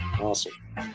Awesome